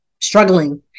struggling